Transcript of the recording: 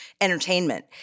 entertainment